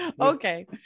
Okay